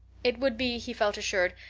it would be, he felt assured,